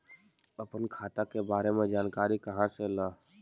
अपन खाता के बारे मे जानकारी कहा से ल?